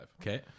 Okay